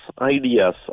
ideas